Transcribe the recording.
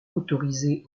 autorisée